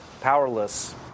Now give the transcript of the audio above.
powerless